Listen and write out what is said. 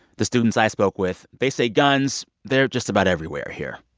the students i spoke with, they say guns, they're just about everywhere here.